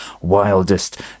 wildest